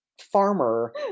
farmer